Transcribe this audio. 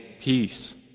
peace